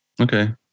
Okay